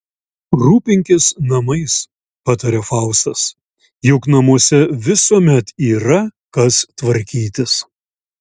rūpinkis namais pataria faustas juk namuose visuomet yra kas tvarkytis